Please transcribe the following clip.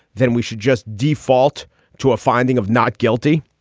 then we should just default to a finding of not guilty?